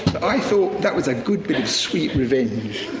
i thought that was a good bit of sweet revenge.